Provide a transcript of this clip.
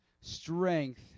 strength